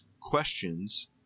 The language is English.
questions